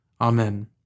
Amen